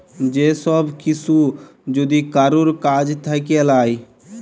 যে সব কিসু যদি কারুর কাজ থাক্যে লায়